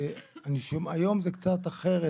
היום זה קצת אחרת,